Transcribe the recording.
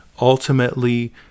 Ultimately